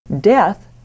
death